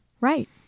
Right